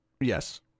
Yes